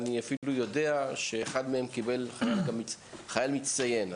אני אפילו יודע שאחד מהם קיבל חייל מצטיין.